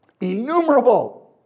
Innumerable